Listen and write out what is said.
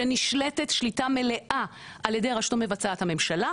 שנשלטת שליטה מלאה על ידי רשות המבצעת הממשלה,